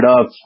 up